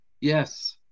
Yes